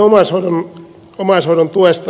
sitten omaishoidon tuesta